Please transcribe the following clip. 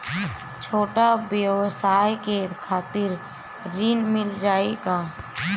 छोट ब्योसाय के खातिर ऋण मिल जाए का?